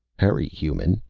hurry, human!